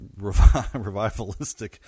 revivalistic